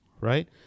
right